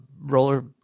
roller